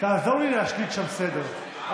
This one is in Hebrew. תעזור לי להשליט שם סדר.